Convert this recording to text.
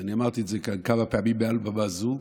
ואני אמרתי את זה כמה פעמים מעל במה זו,